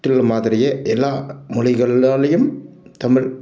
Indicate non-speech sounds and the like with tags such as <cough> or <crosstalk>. <unintelligible> மாதிரியே எல்லா மொழிகளாலையும் தமிழ்